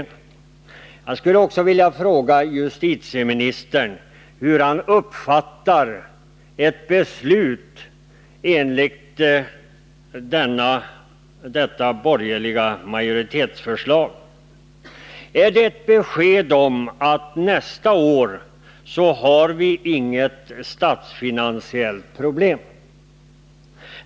Jag skulle också vilja fråga justitieministern hur han uppfattar ett beslut enligt detta borgerliga majoritetsförslag: Är det ett besked om att vi nästa år inte har något statsfinansiellt problem?